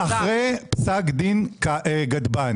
היא הייתה אחרי פסק דין גדבאן.